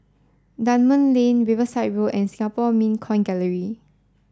Dunman Lane Riverside Road and Singapore Mint Coin Gallery